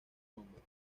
nombre